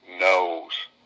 knows